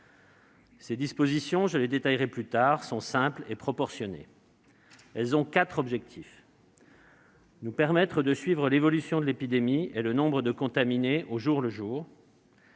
Les dispositions concernées, qui sont simples et proportionnées, ont quatre objectifs : nous permettre de suivre l'évolution de l'épidémie et le nombre de contaminés au jour le jour